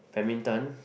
badminton